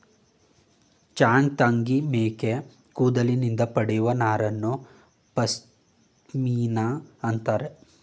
ಚಾಂಗ್ತಂಗಿ ಮೇಕೆ ಕೂದಲಿನಿಂದ ಪಡೆಯುವ ನಾರನ್ನು ಪಶ್ಮಿನಾ ಅಂತರೆ